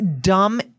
dumb